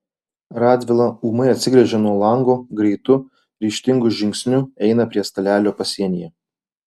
radvila ūmai atsigręžia nuo lango greitu ryžtingu žingsniu eina prie stalelio pasienyje